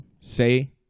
say